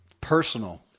Personal